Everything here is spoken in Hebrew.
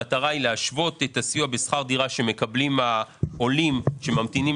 המטרה היא להשוות את הסיוע בשכר דירה שמקבלים העולים שממתינים